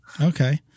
Okay